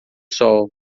sol